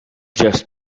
just